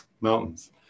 mountains